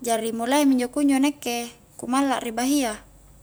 jari mulai mi injo kunjo nakke ku malla ri bahia